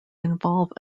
involve